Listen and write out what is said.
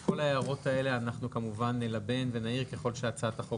את כל ההערות האלה אנחנו כמובן נלבן ונעיר ככל שהצעת החוק